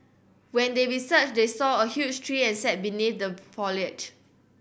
when they research they saw a huge tree and sat beneath the foliage